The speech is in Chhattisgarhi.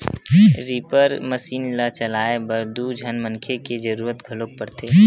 रीपर मसीन ल चलाए बर दू झन मनखे के जरूरत घलोक परथे